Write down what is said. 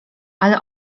ale